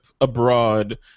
abroad